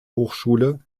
hochschule